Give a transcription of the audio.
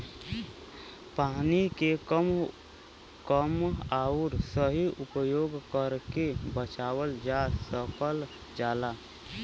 पानी के कम आउर सही से परयोग करके बचावल जा सकल जाला